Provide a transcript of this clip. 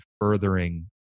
furthering